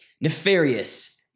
Nefarious